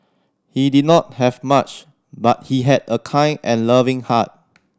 he did not have much but he had a kind and loving heart